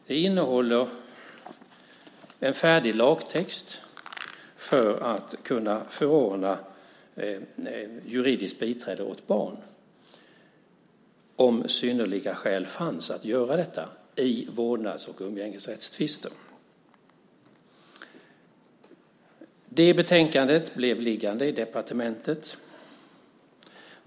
Det innehöll en färdig lagtext för att kunna förordna juridiskt biträde åt barn om synnerliga skäl fanns för att göra detta vid vårdnads och umgängesrättstvister. Betänkandet blev liggande hos departementet.